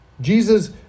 Jesus